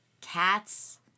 cats